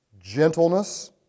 gentleness